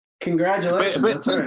congratulations